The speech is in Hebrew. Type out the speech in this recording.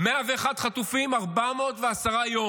101 חטופים 410 ימים.